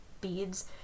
beads